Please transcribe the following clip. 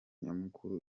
nyamukuru